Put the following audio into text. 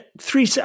three